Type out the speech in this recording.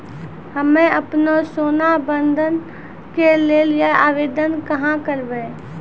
हम्मे आपनौ सोना बंधन के लेली आवेदन कहाँ करवै?